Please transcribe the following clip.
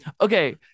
Okay